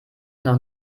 noch